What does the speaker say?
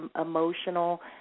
emotional